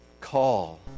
call